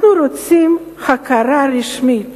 אנחנו רוצים הכרה רשמית,